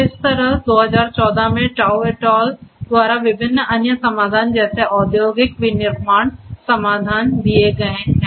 तो इस तरह 2014 में Tao et al द्वारा विभिन्न अन्य समाधान जैसे औद्योगिक विनिर्माण समाधान दिए गए हैं